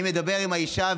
אני מדבר עם האישה,